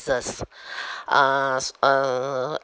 uh s~ uh